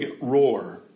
roar